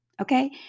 Okay